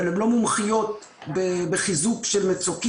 אבל הן לא מומחיות בחיזוק של מצוקים.